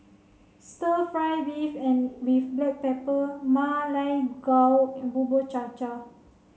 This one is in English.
stir fry beef and with black pepper Ma Lai Gao and Bubur Cha Cha